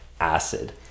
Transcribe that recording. acid